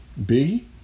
Biggie